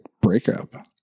breakup